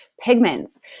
pigments